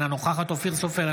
אינה נוכחת אופיר סופר,